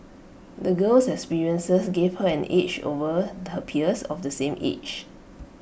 the girl's experiences gave her an edge over her peers of the same age